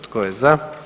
Tko je za?